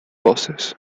voces